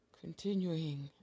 continuing